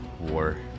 war